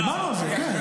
דיברנו על זה, כן.